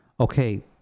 Okay